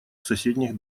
соседних